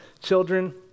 children